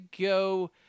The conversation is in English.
go